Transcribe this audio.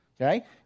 okay